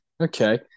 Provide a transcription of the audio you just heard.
okay